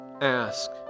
ask